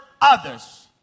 others